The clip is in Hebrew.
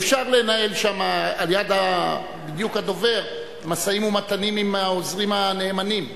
אי-אפשר לנהל שם בדיוק על-יד הדובר משאים-ומתנים עם העוזרים הנאמנים.